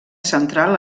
central